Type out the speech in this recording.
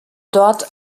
dort